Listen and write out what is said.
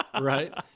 Right